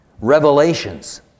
revelations